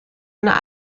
einer